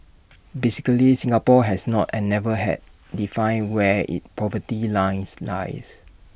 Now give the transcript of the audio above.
basically Singapore has not and never had defined where its poverty line lies